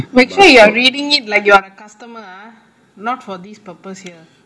make sure you are reading it like you're a customer ah not for this purpose here